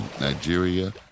Nigeria